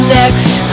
next